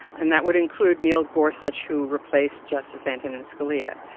and that would include neil gorsuch who replaced justice antonin scalia.